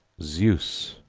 zeus,